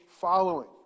following